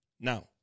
Now